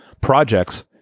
projects